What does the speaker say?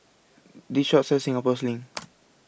This Shop sells Singapore Sling